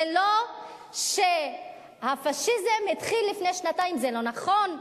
זה לא שהפאשיזם התחיל לפני שנתיים, זה לא נכון.